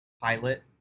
Pilot